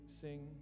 sing